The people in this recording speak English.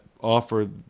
offer